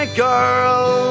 girl